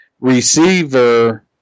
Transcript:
receiver